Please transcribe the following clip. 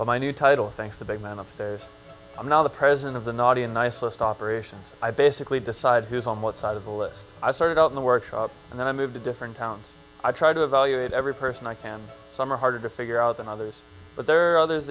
start my new title thanks the big man upstairs i'm now the president of the naughty and nice list operations i basically decide who's on what side of a list i started out in the workshop and then i move to different towns i try to evaluate every person i can some are harder to figure out than others but there are others